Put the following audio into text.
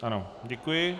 Ano, děkuji.